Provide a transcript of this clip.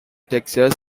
texas